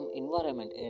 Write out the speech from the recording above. environment